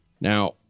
Now